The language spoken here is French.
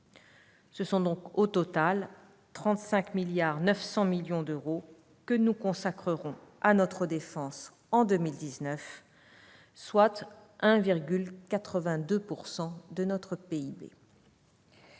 Ce sont donc au total 35,9 milliards d'euros que nous consacrerons à notre défense en 2019, soit 1,82 % de notre PIB.